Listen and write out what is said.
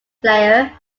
player